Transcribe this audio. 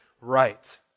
right